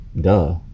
duh